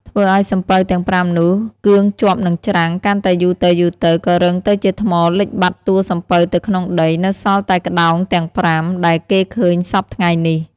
ធ្វើឲ្យសំពៅទាំង ៥ នោះកឿងជាប់នឹងច្រាំងកាន់តែយូរទៅៗ ក៏រឹងទៅជាថ្មលិចបាត់តួសំពៅទៅក្នុងដី នៅសល់តែក្ដោងទាំង ៥ ដែលគេឃើញសព្វថ្ងៃនេះ ។